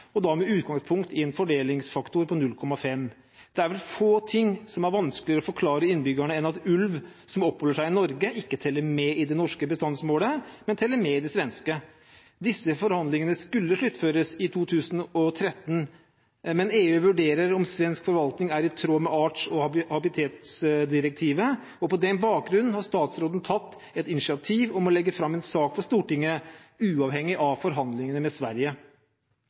og da med utgangspunkt i en fordelingsfaktor på 0,5. Det er vel få ting som er vanskeligere å forklare innbyggerne enn at ulv som oppholder seg i Norge, ikke teller med i det norske bestandsmålet, men teller med i det svenske. Disse forhandlingene skulle sluttføres i 2013, men EU vurderer om svensk forvaltning er i tråd med arts- og habitatsdirektivet, og på den bakgrunn har statsråden tatt et initiativ om å legge fram en sak for Stortinget, uavhengig av forhandlingene med Sverige.